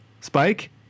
Spike